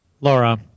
Laura